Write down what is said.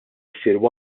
issir